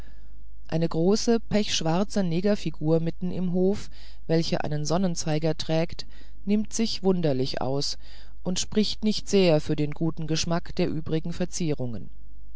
eine große pechschwarze negerfigur mitten im hofe welche einen sonnenzeiger trägt nimmt sich wunderlich aus und spricht nicht sehr gut für den guten geschmack der übrigen verzierungen